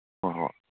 ꯑꯣ ꯍꯣꯏ